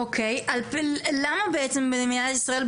למה במדינת ישראל,